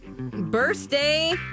Birthday